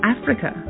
Africa